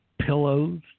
pillows